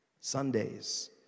Sundays